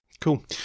Cool